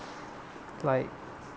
like